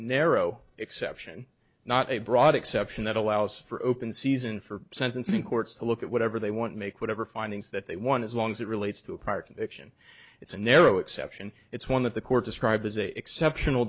narrow exception not a broad exception that allows for open season for sentencing courts to look at whatever they want make whatever findings that they want as long as it relates to a prior conviction it's a narrow exception it's one that the court described as a exceptional